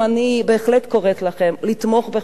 אני בהחלט קוראת לכם לתמוך בחוק הזה,